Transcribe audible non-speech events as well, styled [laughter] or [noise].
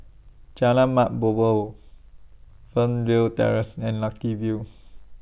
Jalan Mat Jambol Fernwood Terrace and Lucky View [noise]